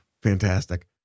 Fantastic